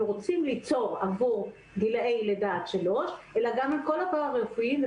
רוצים ליצור עבור גילי לידה עד שלוש אלא גם על כל הפרה-רפואיים,